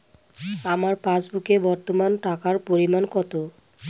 আমার পাসবুকে বর্তমান টাকার পরিমাণ কত?